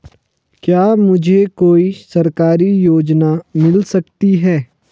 क्या मुझे कोई सरकारी योजना मिल सकती है?